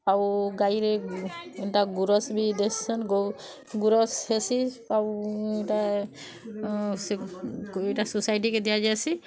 ଆଉ ଗାଈରେ ଏନ୍ତା ଗୁରସ୍ ବି ଦେସନ୍ ଗୁରସ୍ ହେସି ଆଉ ଏଇଟା ସେ ଏଇଟା ସୋସାଇଟିକେ ଦିଆଯାଏସି